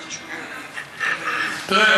תראה,